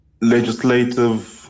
legislative